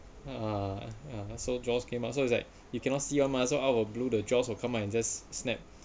uh uh so jaws came out so it's like you cannot see one mah so I will the jaws will come and just snap